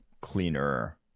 cleaner